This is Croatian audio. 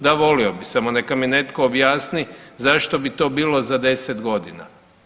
Da volio bih, samo neka mi netko objasni zašto bi to bilo za 10 godina?